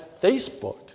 Facebook